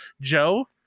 Joe